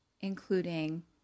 including